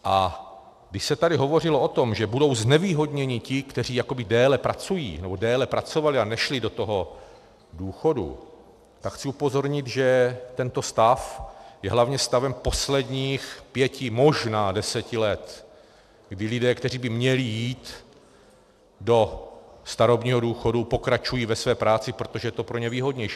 A když se tady hovořilo o tom, že budou znevýhodněni ti, kteří déle pracují, nebo déle pracovali a nešli do toho důchodu, tak chci upozornit, že tento stav je hlavně stavem posledních pěti, možná deseti let, kdy lidé, kteří by měli jít do starobního důchodu, pokračují ve své práci, protože je to pro ně výhodnější.